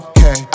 Okay